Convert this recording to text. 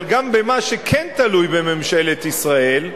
אבל גם במה שכן תלוי בממשלת ישראל,